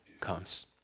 comes